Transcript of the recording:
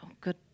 Good